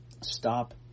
Stop